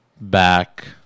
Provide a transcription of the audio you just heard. back